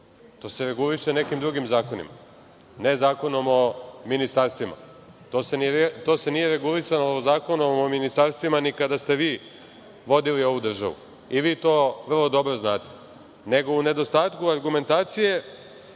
To se reguliše nekim drugim zakonima, a ne Zakonom o ministarstvima. To se nije regulisalo Zakonom o ministarstvima ni kada ste vi vodili ovu državu i vi to vrlo dobro znate, nego u nedostatku argumentacije